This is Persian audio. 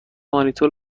مانیتور